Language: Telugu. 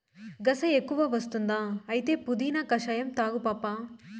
గస ఎక్కువ వస్తుందా అయితే పుదీనా కషాయం తాగు పాపా